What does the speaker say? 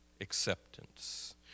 acceptance